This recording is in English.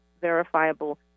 verifiable